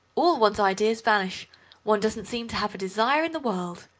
all one's ideas vanish one doesn't seem to have a desire in the world.